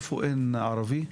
סליחה איפה אין ערבים?